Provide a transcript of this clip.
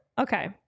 Okay